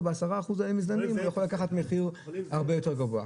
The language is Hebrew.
ב-10 אחוז מזדמנים הוא יכול לקחת מחיר הרבה יותר גבוה.